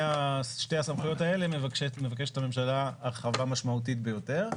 הסמכויות האלה מבקשת הממשלה הרחבה משמעותית ביותר,